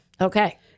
Okay